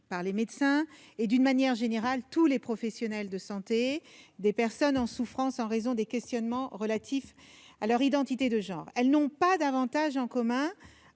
par les médecins et les autres professionnels de santé des personnes en souffrance en raison de questionnements relatifs à leur identité de genre. Elles n'ont rien non plus en commun